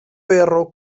perro